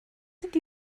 did